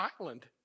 island